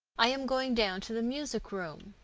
i am going down to the music-room.